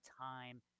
time